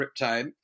Riptide